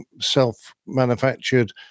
self-manufactured